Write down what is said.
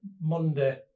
Monday